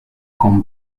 con